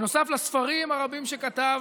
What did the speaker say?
נוסף לספרים הרבים שכתב,